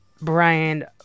Brian